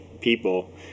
people